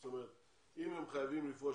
זאת אומרת אם הם חייבים לפרוש,